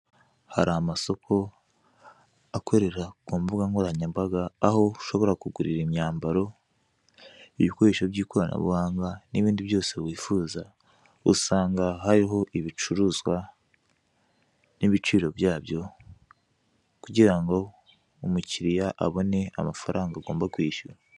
Hari amasoko akorera ku mbuga nkoranyambaga aho ushobora kugurira imyambaro, ibikoresho by'ikoranabuhanga, n'ibindi byose wifuza aho usanga hariho ibicuruzwa n'ibiciro byabyo kugira ngo umukiriya abone amafaranga agomba kwishyura.